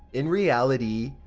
in reality,